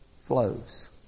flows